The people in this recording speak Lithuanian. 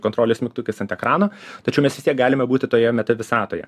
kontrolės mygtukais ant ekrano tačiau mes vis tiek galime būti toje meta visatoje